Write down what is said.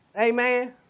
amen